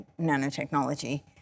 nanotechnology